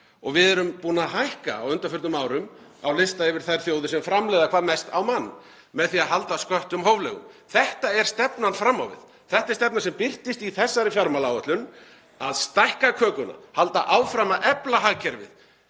Við erum búin að hækka á undanförnum árum á lista yfir þær þjóðir sem framleiða hvað mest á mann með því að halda sköttum hóflegum. Þetta er stefnan fram á við. Þetta er stefna sem birtist í þessari fjármálaáætlun; að stækka kökuna, halda áfram að efla hagkerfið,